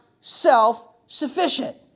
self-sufficient